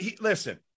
Listen